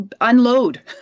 unload